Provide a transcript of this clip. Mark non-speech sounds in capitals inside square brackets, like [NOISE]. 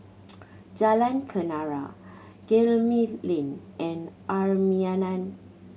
[NOISE] Jalan Kenarah Gemmill Lane and [UNINTELLIGIBLE]